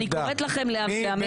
אני קוראת לכם ל --- תודה.